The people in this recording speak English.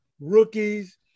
rookies